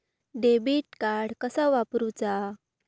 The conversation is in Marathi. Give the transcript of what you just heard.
डेबिट कार्ड कसा वापरुचा?